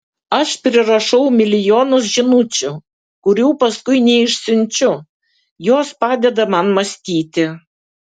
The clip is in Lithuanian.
aš prirašau milijonus žinučių kurių paskui neišsiunčiu jos padeda man mąstyti